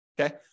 Okay